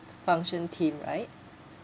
function team right